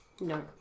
No